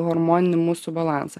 hormoninį mūsų balansą